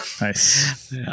Nice